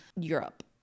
Europe